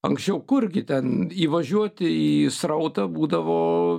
anksčiau kurgi ten įvažiuoti į srautą būdavo